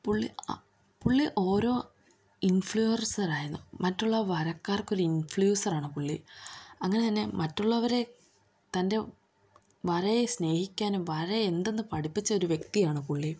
പുള്ളി അ പുള്ളി ഓരോ ഇൻഫ്ലൂവർസറായിരുന്നു മറ്റുള്ള വരക്കാർക്കൊരിൻഫ്ലൂസറാണ് പുള്ളി അങ്ങനെ തന്നെ മറ്റുള്ളവരെ തന്റെ വരയെ സ്നേഹിക്കാനും വരയെ എന്തെന്നു പഠിപ്പിച്ചൊരു വ്യക്തിയാണ് പുള്ളി